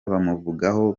bamuvugaho